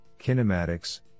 kinematics